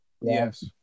Yes